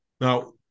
Now-